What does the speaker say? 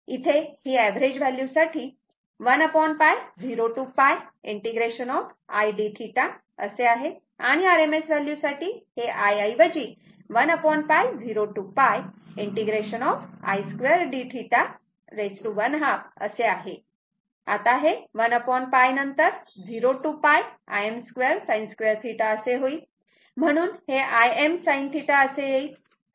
इथे हे average value साठी 1 π 0 to π ⌠i dθ असे आहे आणि RMS व्हॅल्यू साठी हे i ऐवजी 1 π 0 to π ⌠i2 dθ 12 असे आहे आता हे 1 π नंतर 0 to π Im2sin2θ असे होईल